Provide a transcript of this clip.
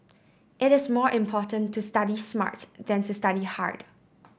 it is more important to study smart than to study hard